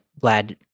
glad